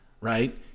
right